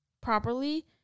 properly